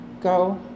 go